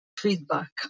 feedback